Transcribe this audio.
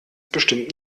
bestimmt